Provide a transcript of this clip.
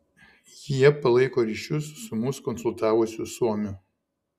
jie palaiko ryšius su mus konsultavusiu suomiu